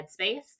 headspace